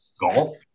golf